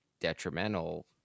detrimental